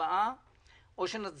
להצביע על שתי